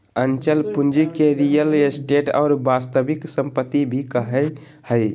अचल पूंजी के रीयल एस्टेट और वास्तविक सम्पत्ति भी कहइ हइ